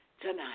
tonight